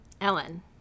Ellen